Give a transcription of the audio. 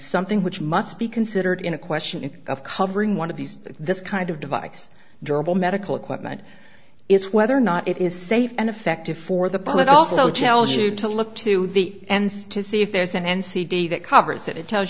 something which must be considered in a question of covering one of these this kind of device durable medical equipment is whether or not it is safe and effective for the pilot also tells you to look to the ends to see if there's an end cd that covers it it tells